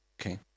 Okay